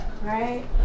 Right